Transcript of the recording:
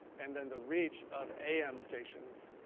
and then the reach of am stations,